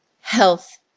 health